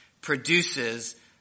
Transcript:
produces